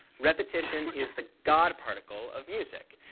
repetition is the god particle of music.